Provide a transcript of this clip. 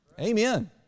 Amen